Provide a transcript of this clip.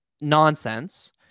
nonsense